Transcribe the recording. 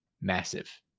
massive